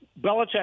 Belichick